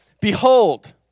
behold